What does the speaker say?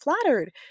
flattered